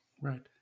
Right